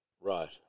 Right